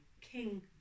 King